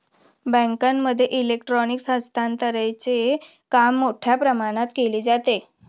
बँकांमध्ये इलेक्ट्रॉनिक हस्तांतरणचे काम मोठ्या प्रमाणात केले जाते